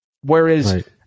Whereas